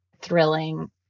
thrilling